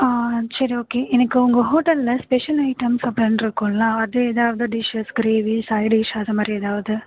on சரி okay எனக்கு உங்கள் ஹோட்டலில் ஸ்பெஷல் ஐட்டம்ஸ் அப்படின் இருக்கும்ல்ல அதே எதாவது டிஷ்ஷஸ் கிரேவி சைடிஷ் அதமாதிரி எதாவது